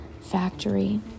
factory